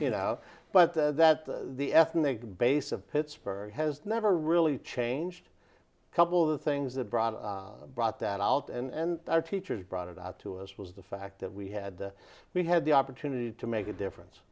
you know but that the ethnic base of pittsburgh has never really changed a couple of the things that brought brought that out and our teachers brought it out to us was the fact that we had we had the our to need to make a difference